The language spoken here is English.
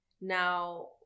now